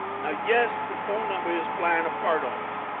now. yes, the phone number is flying apart on us,